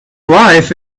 life